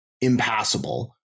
impassable